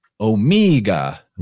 Omega